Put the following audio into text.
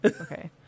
okay